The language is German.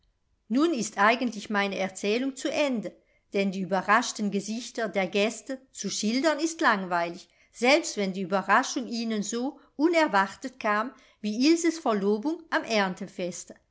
nun ist eigentlich meine erzählung zu ende denn die überraschten gesichter der gäste zu schildern ist langweilig selbst wenn die ueberraschung ihnen so unerwartet kam wie ilses verlobung am